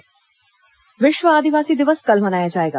विश्व आदिवासी दिवस विश्व आदिवासी दिवस कल मनाया जाएगा